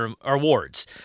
awards